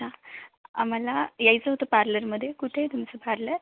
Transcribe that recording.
अच्छा आम्हाला यायचं होतं पार्लरमध्ये कुठे आहे तुमचं पार्लर